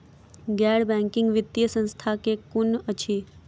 गैर बैंकिंग वित्तीय संस्था केँ कुन अछि?